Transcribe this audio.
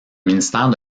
ministère